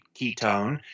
ketone